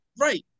Right